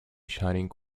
shining